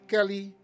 Kelly